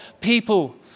people